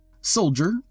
Soldier